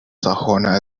sajona